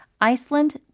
Iceland